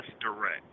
direct